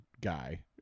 guy